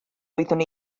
oeddwn